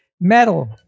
metal